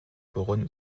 worin